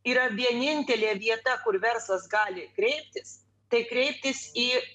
yra vienintelė vieta kur verslas gali kreiptis taikreiptis į